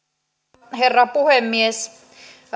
arvoisa herra puhemies